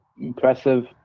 impressive